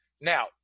Now